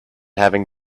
having